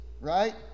right